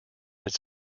its